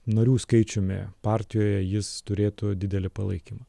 narių skaičiumi partijoje jis turėtų didelį palaikymą